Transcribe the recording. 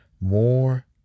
More